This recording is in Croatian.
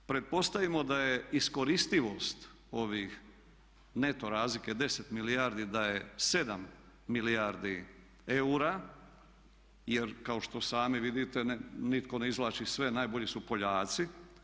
Pretpostavimo da je iskoristivost ovih neto razlike 10 milijardi da je 7 milijardi eura jer kao što sami vidite, nitko ne izvlači sve, najbolji su Poljaci.